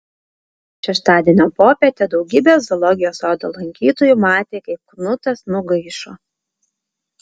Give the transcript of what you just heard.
šeštadienio popietę daugybė zoologijos sodo lankytojų matė kaip knutas nugaišo